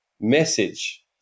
message